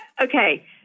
okay